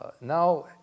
Now